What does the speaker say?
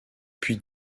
puis